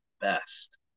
best